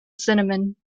cinnamon